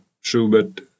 Schubert